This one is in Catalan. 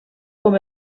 com